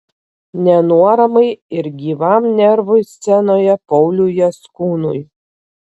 nenuoramai ir gyvam nervui scenoje pauliui jaskūnui